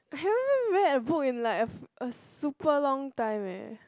I haven't even read a book in like a a super long time eh